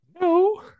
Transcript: No